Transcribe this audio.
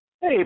Hey